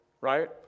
right